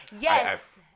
Yes